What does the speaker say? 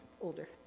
older